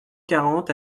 quarante